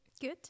Good